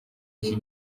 iki